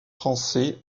français